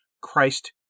Christ